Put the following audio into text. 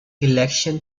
election